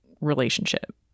relationship